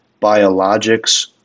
biologics